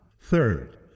Third